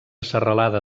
serralada